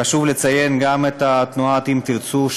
חשוב לציין גם את התנועה אם תרצו,